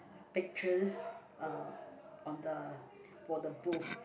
pictures uh on the for the booth